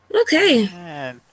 Okay